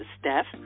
Steph